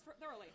thoroughly